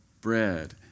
bread